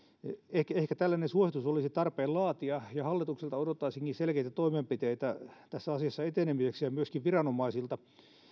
ehkä ehkä tällainen suositus olisi tarpeen laatia hallitukselta odottaisinkin selkeitä toimenpiteitä tässä asiassa etenemiseksi ja myöskin viranomaisilta